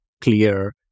clear